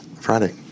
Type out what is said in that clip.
Friday